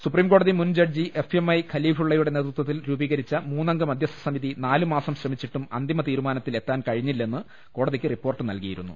സുപ്രീംകോടതി മുൻ judge F M I ഖലീ ഫുള്ളയുടെ നേതൃത്വത്തിൽ രൂപീകരിച്ച മൂന്നംഗ മൃധ്യസ്ഥ സമിതി നാലു മാസം ശ്രമിച്ചിട്ടും അന്തിമ തീരുമാനത്തിൽ എത്താൻ കഴി ഞ്ഞില്ലെന്ന് കോടതിക്ക് റിപ്പോർട്ട് നൽകിയിരുന്നു